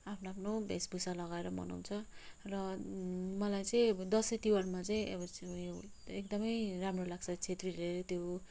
आफ्नो आफ्नो वेशभूषा लगाएर मनाउँछ र मलाई चाहिँ अब दसैँ तिहारमा चाहिँ अब उयो एकदमै राम्रो लाग्छ छेत्रीहरूले त्यो